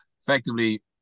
effectively